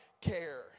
care